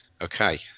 Okay